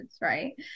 right